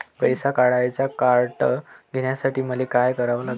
पैसा काढ्याचं कार्ड घेण्यासाठी मले काय करा लागन?